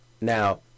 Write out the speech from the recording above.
Now